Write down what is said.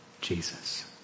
Jesus